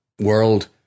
world